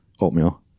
Oatmeal